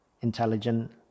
intelligent